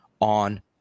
on